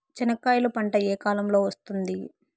చెనక్కాయలు పంట ఏ కాలము లో వస్తుంది